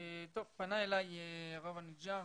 פנה אליי הרב אניג'ר,